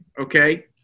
Okay